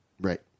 Right